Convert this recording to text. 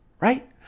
right